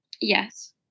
Yes